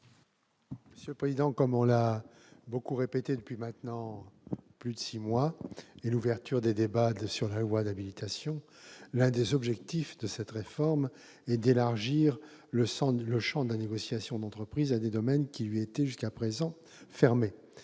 commission ? Comme on l'a beaucoup répété depuis maintenant plus de six mois et l'ouverture des débats sur la loi d'habilitation, l'un des objectifs de cette réforme est d'élargir le champ de la négociation d'entreprise à des domaines qui lui étaient jusqu'à présent fermés,